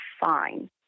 fine